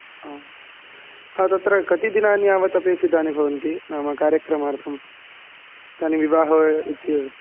आं तत्र कति दिनानि यावत् अपेक्षितानि भवन्ति नाम कार्यक्रमार्थम् इदानीं विवाह इति